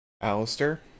Alistair